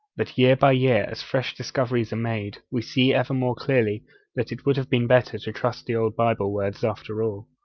but year by year, as fresh discoveries are made, we see ever more clearly that it would have been better to trust the old bible words after all.